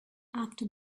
after